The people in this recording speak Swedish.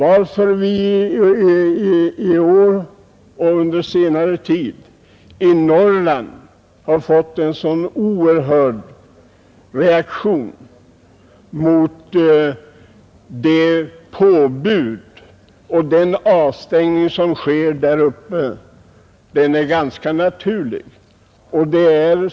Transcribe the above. Att vi under senare tid i Norrland har fått en sådan oerhörd reaktion mot den avstängning, som sker där uppe, är därför ganska naturligt.